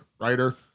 writer